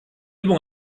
übung